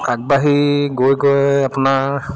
আগবাঢ়ি গৈ গৈ আপোনাৰ